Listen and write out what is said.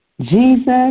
Jesus